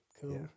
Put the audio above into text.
Cool